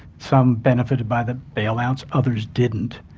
some benefitted by the bailouts, others didn't.